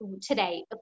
today